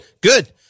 good